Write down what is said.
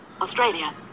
Australia